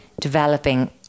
developing